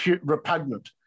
repugnant